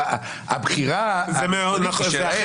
אבל הבחירה --- זה מורכב.